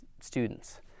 students